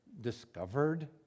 discovered